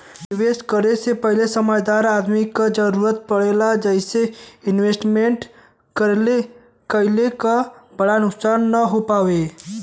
निवेश करे से पहिले समझदार आदमी क जरुरत पड़ेला जइसे इन्वेस्टमेंट कइले क बड़ा नुकसान न हो पावे